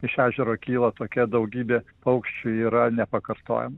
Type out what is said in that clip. iš ežero kyla tokia daugybė paukščių yra nepakartojama